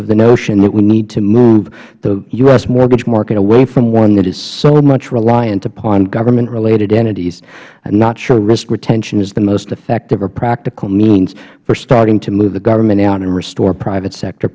of the notion that we need to move the u s mortgage market away from one that is so much reliant upon government related entities i am not sure risk retention is the most effective or practical means for starting to move the government out and restore private sector